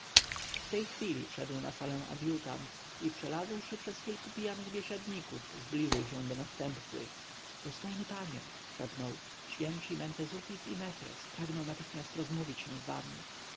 w tej chwili wszedł na salę adjutant i przelazłszy przez kilku pijanych biesiadników zbliżył się do następcy dostojny panie szepnął święci mefres i mentezufis pragną natychmiast rozmówić się z wami